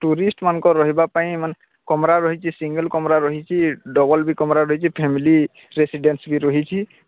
ଟୁରିଷ୍ଟମାନଙ୍କ ରହିବା ପାଇଁ ଏମାନେ କମରା ରହିଛି ସିଙ୍ଗଲ୍ କମରା ରହିଛି ଡବଲ୍ର ବି କମରା ରହିଛି ଫ୍ୟାମିଲୀ ରେସିଡ଼େଣ୍ଟସି ବି ରହିଛି